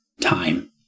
time